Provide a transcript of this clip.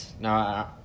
No